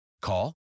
Call